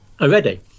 already